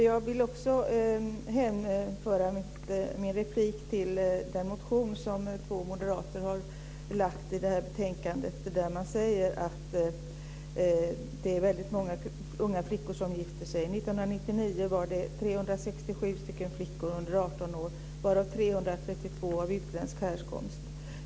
Fru talman! Jag vill hänföra min replik till den motion som två moderater har lagt till det här betänkandet där man säger att det är väldigt många unga flickor som gifter sig. 1999 var det 367 flickor under 18 år varav 332 var av utländsk härkomst.